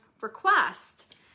request